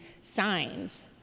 signs